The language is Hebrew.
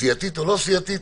סיעתית או לא סיעתית,